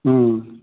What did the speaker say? ओम